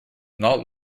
not